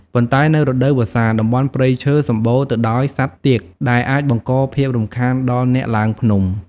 ប៉ុន្តែនៅរដូវវស្សា តំបន់ព្រៃឈើសម្បូរទៅដោយសត្វទាក ដែលអាចបង្កភាពរំខានដល់អ្នកឡើងភ្នំ។